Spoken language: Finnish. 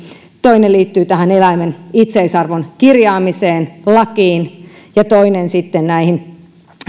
toinen liittyy eläimen itseisarvon kirjaamiseen lakiin ja toinen sitten